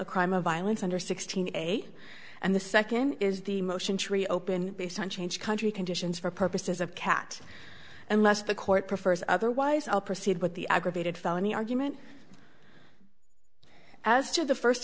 a crime of violence under sixteen a and the second is the motion to reopen based on changed country conditions for purposes of cat unless the court prefers otherwise i'll proceed with the aggravated felony argument as to the first